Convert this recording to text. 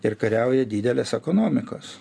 ir kariauja didelės ekonomikos